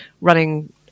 running